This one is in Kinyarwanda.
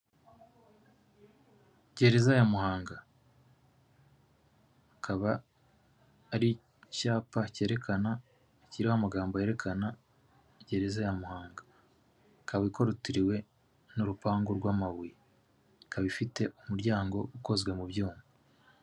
Gereza ya Muhanga, akaba ari icyapa cyerekana kiriho amagambo yerekana gereza ya Muhanga ikaba ikorotiriwe n'urupangu rw'amabuye, ikaba ifite umuryango ukozwe mu byuma.